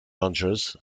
rangers